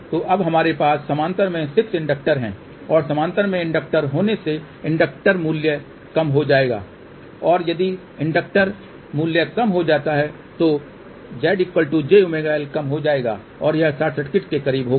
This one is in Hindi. तो अब हमारे पास समानांतर में 6 इंडक्टर हैं और समानांतर में इंडक्टर होने से इंडक्टर मूल्य कम हो जाएगा और यदि इंडक्टर मूल्य कम हो जाता है तो ZjωL कम हो जाएगा और यह शॉर्ट सर्किट के करीब होगा